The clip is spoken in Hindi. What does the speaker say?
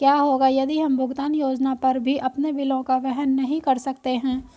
क्या होगा यदि हम भुगतान योजना पर भी अपने बिलों को वहन नहीं कर सकते हैं?